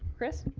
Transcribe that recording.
chris?